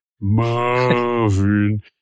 Marvin